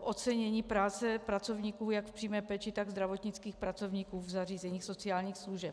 ocenění práce pracovníků jak v přímé péči, tak zdravotnických pracovníků v zařízeních sociálních služeb.